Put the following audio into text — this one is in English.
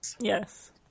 yes